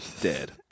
dead